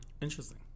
Interesting